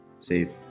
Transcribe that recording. save